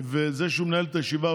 וזה שהוא מנהל את הישיבה,